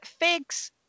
figs